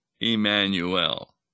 Emmanuel